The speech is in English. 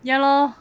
ya lor